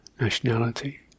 nationality